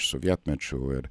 sovietmečių ir